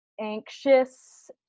anxious